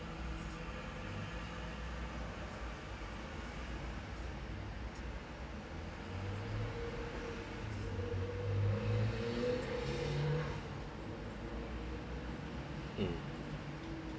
mm